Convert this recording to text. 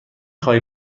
خواهی